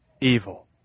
evil